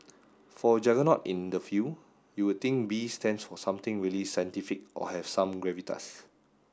for a juggernaut in the field you would think B stands for something really scientific or have some gravitas